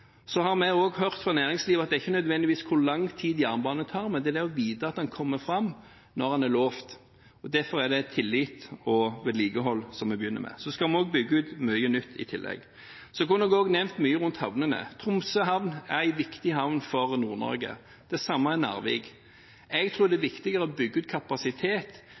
Så har vi også hørt fra næringslivet at hovedsaken er ikke nødvendigvis hvor lang tid jernbanen tar, men å vite at en kommer fram når en har lovet. Derfor er det tillit og vedlikehold vi begynner med. Så skal vi også bygge ut mye nytt i tillegg. Så kunne jeg også nevnt mye rundt havnene. Tromsø havn er en viktig havn for Nord-Norge. Det samme er Narvik. Jeg tror det er viktigere å bygge ut kapasitet